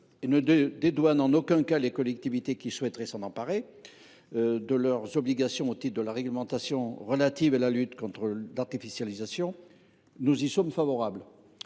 et ne dédouane en aucun cas les collectivités qui souhaiteraient s’en emparer de leurs obligations au titre de la réglementation relative à la lutte contre l’artificialisation. Les retours